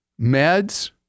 meds